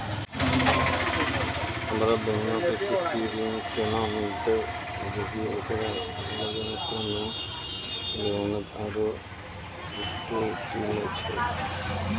हमरो बहिनो के कृषि ऋण केना मिलतै जदि ओकरा लगां कोनो जमानत आरु सिक्योरिटी नै छै?